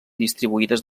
distribuïdes